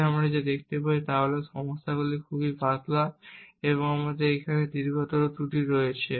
তবে আমরা যা দেখতে পাই তা হল যে এখানে সমস্যাগুলি খুব পাতলা এবং এখানে আমাদের দীর্ঘতর ত্রুটি রয়েছে